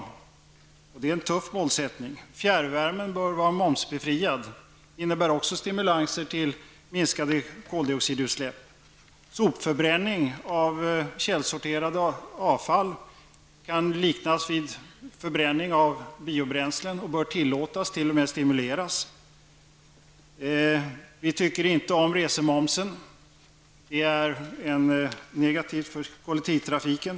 Det här är tuffa målsättningar. Vidare bör fjärrvärmen vara momsbefriad. Det skulle också innebära en stimulans när det gäller att minska koldioxidutsläppen. Beträffande sopförbränning av källsorterat avfall kan man se likheter med förbränningen av biobränslen och den bör tillåtas, ja, t.o.m. stimuleras. Vi tycker inte om resemomsen. Den är negativ för kollektivtrafiken.